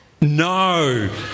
No